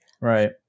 Right